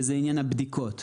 וזה עניין הבדיקות,